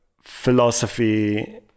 philosophy